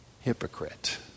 hypocrite